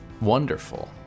wonderful